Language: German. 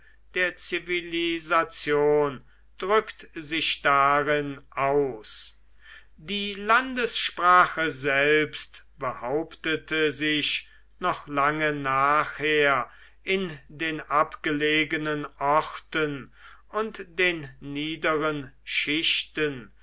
der zivilisation drückt sich darin aus die landessprache selbst behauptete sich noch lange nachher in den abgelegenen orten und den niederen schichten